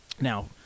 Now